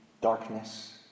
darkness